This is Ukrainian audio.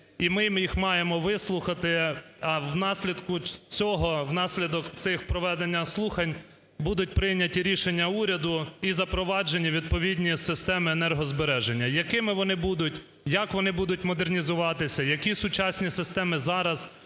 і ми їх маємо вислухати. Внаслідок цього, внаслідок цих проведення слухань будуть прийняті рішення уряду і запроваджені відповідні системи енергозбереження. Якими вони будуть, як вони будуть модернізуватися, які сучасні системи зараз